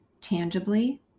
tangibly